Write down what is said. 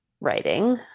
writing